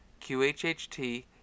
QHHT